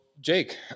Jake